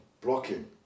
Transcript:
blocking